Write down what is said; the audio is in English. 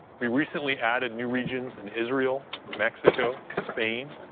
we recently added new regions in israel, mexico, spain,